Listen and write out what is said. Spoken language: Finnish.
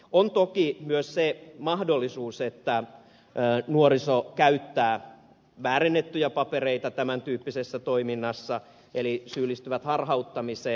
on toki myös se mahdollisuus että nuoriso käyttää väärennettyjä papereita tämäntyyppisessä toiminnassa eli syyllistyy harhauttamiseen